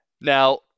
Now